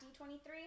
D23